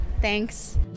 Thanks